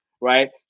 right